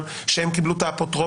ואולי הם גם קיבלו את האפוטרופסות